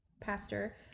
pastor